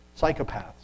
psychopaths